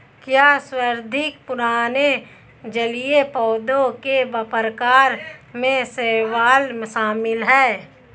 क्या सर्वाधिक पुराने जलीय पौधों के प्रकार में शैवाल शामिल है?